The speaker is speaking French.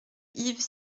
yves